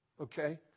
okay